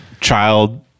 child